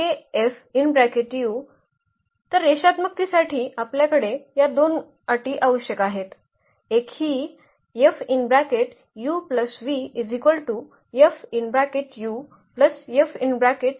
तर रेषात्मकतेसाठी आपल्याकडे या दोन अटी आवश्यक आहेत